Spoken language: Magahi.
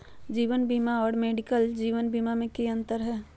जीवन बीमा और मेडिकल जीवन बीमा में की अंतर है?